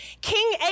King